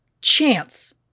chance